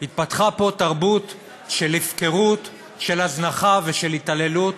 התפתחה פה תרבות של הפקרות, של הזנחה ושל התעללות,